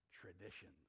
traditions